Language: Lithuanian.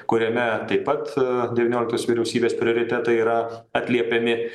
kuriame taip pat devynioliktos vyriausybės prioritetai yra atliepiami